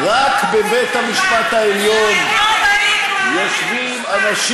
בית-המשפט העליון הוא לא סניף בנק.